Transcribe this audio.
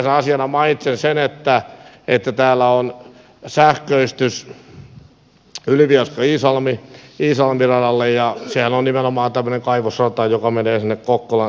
yksittäisenä asiana mainitsen sen että täällä on sähköistys ylivieskaiisalmi radalle ja sehän on nimenomaan tämmöinen kaivosrata joka menee sinne kokkolan satamaan